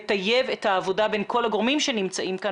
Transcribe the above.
לטייב את העבודה בין כל הגורמים שנמצאים כאן,